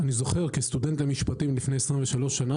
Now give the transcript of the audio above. אני זוכר כסטודנט למשפטים לפני 23 שנים